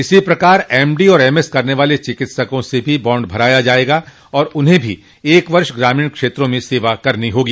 इसी प्रकार एमडो और एमएस करने वाले चिकित्सकों से भी बांड भराया जायेगा और उन्हें भी एक वर्ष ग्रामीण क्षेत्रों में सेवा देनी होगी